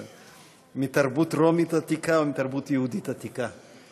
מתרבות רומית עתיקה ומתרבות יהודית עתיקה.